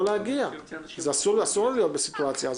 זה יכול להיות שליש מחברי הכנסת.